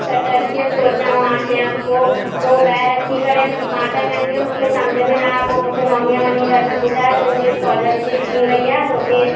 त ट्रस्टीअ सोचऊं हा चयो पोइ पोइ ॿाहिरि अची करे मां त नंढी हुयमि मूंखे सम्झि में न आयो पोइ मूंखे मम्मीअ वञी घर में ॿुधायो तुंहिंजी स्कॉलरशिप थी वई आहे तोखे